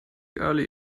early